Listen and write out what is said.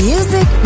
Music